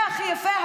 והכי יפה,